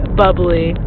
bubbly